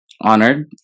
honored